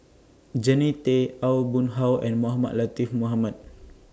Jannie Tay Aw Boon Haw and Mohamed Latiff Mohamed